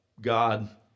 God